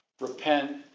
repent